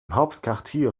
hauptquartier